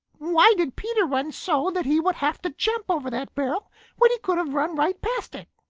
why did peter run so that he would have to jump over that barrel when he could have run right past it?